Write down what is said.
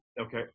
Okay